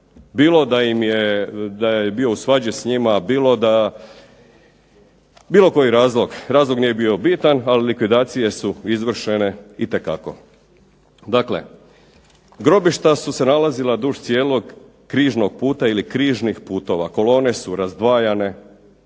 Bilo da je bio u svađi s njima, bilo koji razlog, razlog nije bitan, ali likvidacije su izvršene itekako. Dakle, grobišta su se nalazila duž cijelog križnog puta ili križnih putova, kolone su razdvajane